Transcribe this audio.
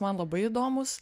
man labai įdomūs